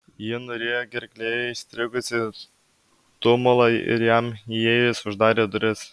ji nurijo gerklėje įstrigusį tumulą ir jam įėjus uždarė duris